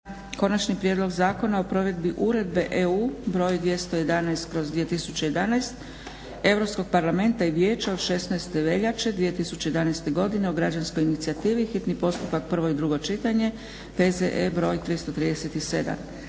Konačni prijedlog Zakona o provedbi Uredbe (EU) br. 211/2011. Europskog parlamenta i vijeća od 16. veljače 2011. godine o građanskoj inicijativi, hitni postupak, prvo i drugo čitanje, P.Z.E. br. 337